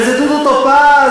וזה דודו טופז,